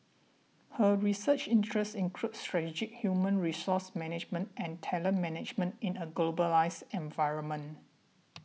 her research interests include strategic human resource management and talent management in a globalised environment